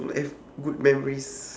good memories